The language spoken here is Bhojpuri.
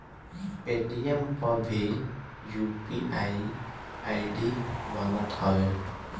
पेटीएम पअ भी यू.पी.आई आई.डी बनत हवे